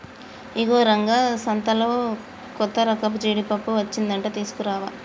ఇగో రంగా సంతలో కొత్తరకపు జీడిపప్పు అచ్చిందంట తీసుకురావా